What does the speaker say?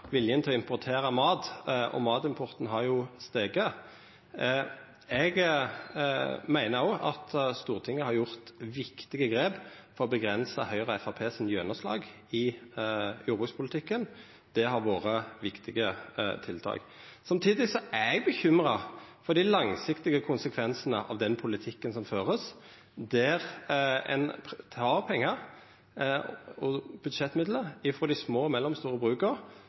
viljen til å importera mat – og matimporten – har stige. Eg meiner òg at Stortinget har gjort viktige grep for å avgrensa Høgre og Framstegspartiet sine gjennomslag i jordbrukspolitikken. Det har vore viktige tiltak. Samtidig er eg bekymra for dei langsiktige konsekvensane av den politikken som vert ført, der ein tek pengar, budsjettmidlar, frå dei små og mellomstore bruka og flyttar over til dei store.